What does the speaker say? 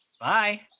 bye